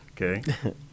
Okay